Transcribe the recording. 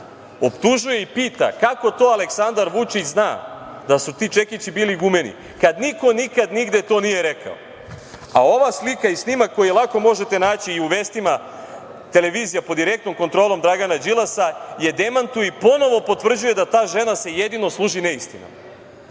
optužuje i pita kako to Aleksandar Vučić zna da su ti čekići bili gumeni, kad niko nikad nigde to nije rekao, a ova slika i snimak koji lako možete naći i u vestima televizija pod direktnom kontrolom Dragana Đilasa je demantuje i ponovo potvrđuje da se ta žena jedino služi neistinama.I